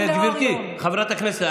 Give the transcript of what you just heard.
גברתי חברת הכנסת,